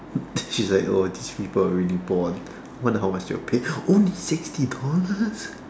she's like oh these people are really bored one hour still paid only sixty dollars